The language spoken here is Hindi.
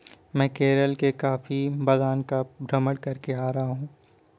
मैं केरल के कॉफी बागान का भ्रमण करके आ रहा हूं